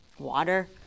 water